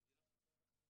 בשמחה.